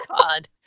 God